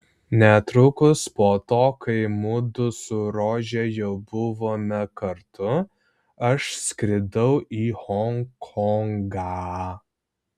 netrukus po to kai mudu su rože jau buvome kartu aš skridau į honkongą